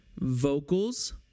vocals